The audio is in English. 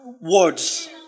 words